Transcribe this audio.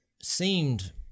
seemed